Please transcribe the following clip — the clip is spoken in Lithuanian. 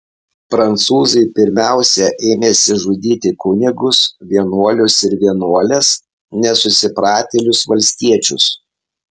prancūzai pirmiausia ėmėsi žudyti kunigus vienuolius ir vienuoles nesusipratėlius valstiečius